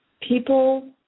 people